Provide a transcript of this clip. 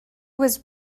was